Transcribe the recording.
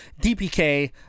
DPK